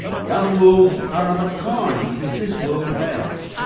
the other worlds are of a kind with this world of ours.